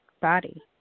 body